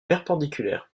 perpendiculaires